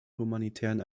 humanitären